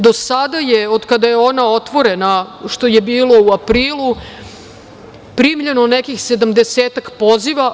Do sada je, od kada je ona otvorena, što je bilo u aprilu, primljeno nekih sedamdesetak poziva.